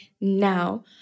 now